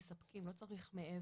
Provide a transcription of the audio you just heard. זה לא משהו שהוא מראש.